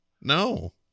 no